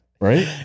right